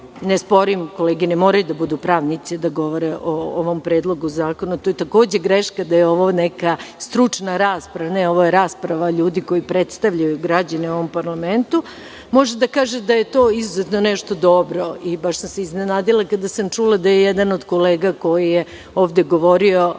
Ne sporim, kolege ne moraju da budu pravnici da govore o ovom predlogu zakona. To je takođe greška da je ovo neka stručna rasprava. Ne, ovo je rasprava ljudi koji predstavljaju građane u ovom parlamentu. Baš sam se iznenadila kada sam čula da je jedan od kolega koji je ovde govorio